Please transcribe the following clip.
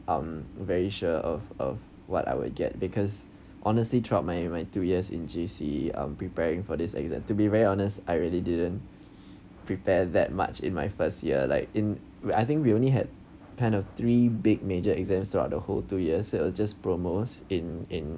I'm very sure of of what I would get because honestly throughout my my two years in J_C I'm preparing for this exam to be very honest I really didn't prepare that much in my first year like in wait I think we only had kind of three big major exams throughout the whole two years so it was just promos in in